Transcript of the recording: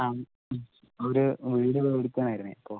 ആ ഒരു വീട് മേടിക്കാൻ ആയിരുന്നു അപ്പോൾ